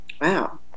Wow